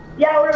yeah,